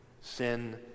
Sin